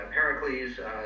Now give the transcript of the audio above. Pericles